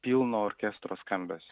pilno orkestro skambesio